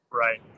Right